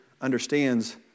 understands